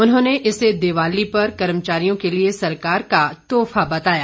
उन्होंने इसे दिवाली पर कर्मचारियों के लिए सरकार का तोहफा बताया